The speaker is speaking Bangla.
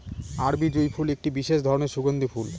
আরবি জুঁই ফুল একটি বিশেষ ধরনের সুগন্ধি ফুল